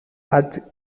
halte